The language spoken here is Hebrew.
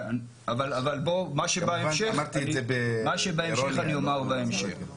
אבל בואו, מה שבהמשך אני אומר בהמשך.